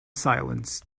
silence